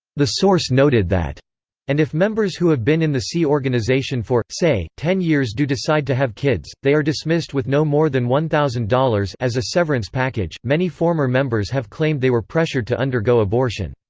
the source noted that and if members who have been in the sea organization for, say, ten years do decide to have kids, they are dismissed with no more than one thousand as a severance package many former members have claimed they were pressured to undergo abortion.